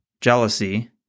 jealousy